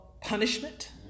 punishment